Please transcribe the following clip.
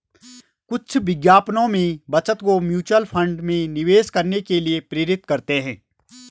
कुछ विज्ञापनों में बचत को म्यूचुअल फंड में निवेश करने के लिए प्रेरित करते हैं